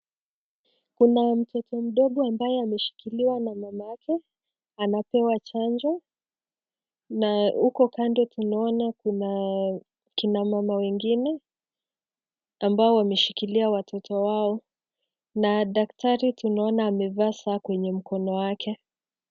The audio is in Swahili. Kuna mtoto mdogo ambaye ameshikiliwa na mamake, anapewa chanjo na huko kando tunaona kuna kina mama wengine ambao wameshikilia watoto wao na daktari tunaona amevaa saa kwenye mkono wake.